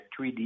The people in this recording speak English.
3D